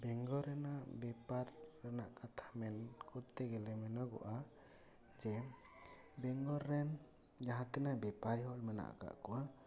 ᱵᱮᱝᱜᱚᱞ ᱨᱮᱱᱟᱜ ᱵᱮᱯᱟᱨ ᱨᱮᱱᱟᱜ ᱠᱟᱛᱷᱟ ᱢᱮᱱ ᱠᱚᱨᱛᱮ ᱜᱮᱞᱮ ᱢᱮᱱᱚᱜᱚᱜᱼᱟ ᱡᱮ ᱵᱮᱝᱜᱚᱞ ᱨᱮᱱ ᱡᱟᱦᱟᱸ ᱛᱤᱱᱟᱜ ᱵᱮᱯᱟᱨᱤ ᱦᱚᱲ ᱢᱮᱱᱟᱜ ᱟᱠᱟᱫ ᱠᱚᱣᱟ